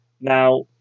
Now